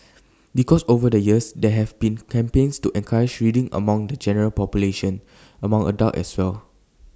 because over the years there have been campaigns to encourage reading among the general population among adults as well